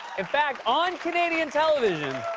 in fact, on canadian television